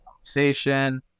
conversation